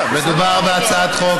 חבריי חברי הכנסת,